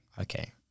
Okay